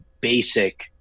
basic